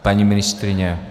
Paní ministryně?